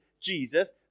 Jesus